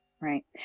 right